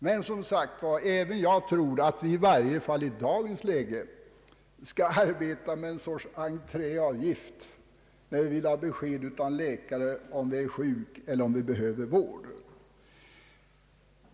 Men jag tror som sagt att vi i dagens läge bör ha någon sorts entréavgift när det gäller att få besked av en läkare om man är sjuk eller behöver vård.